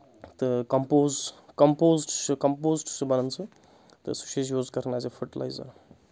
تہٕ compose compose چھُ compose چھُ بَنان سُہ تہٕ سُہ چھِ أسۍ یوٗز کَرَان ایز اے فٔٹلایزَر